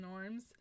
norms